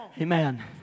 Amen